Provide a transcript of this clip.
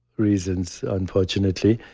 reasons, unfortunately,